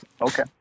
Okay